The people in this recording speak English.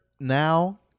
now